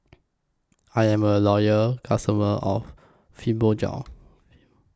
I Am A Loyal customer of Fibogel